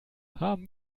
haben